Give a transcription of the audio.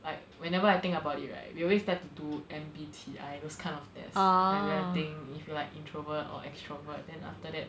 like whenever I think about it right we always get to do M_B_T_I those kind of test like we like to think if you're like introvert or extrovert then after that